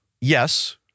yes